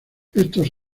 estos